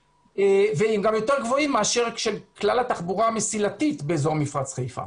והם גם יותר גבוהים מאשר של כלל התחבורה המסילתית באזור מפרץ חיפה.